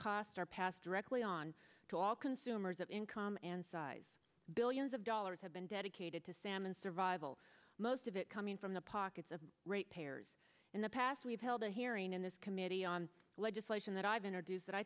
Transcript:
costs are passed directly on to all consumers of income and size billions of dollars have been dedicated to salmon survival most of it coming from the pockets of ratepayers in the past we've held a hearing in this committee on legislation that i've introduced that i